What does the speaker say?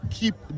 keep